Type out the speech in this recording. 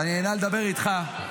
ואני נהנה לדבר איתך,